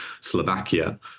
slovakia